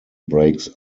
breaks